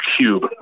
cube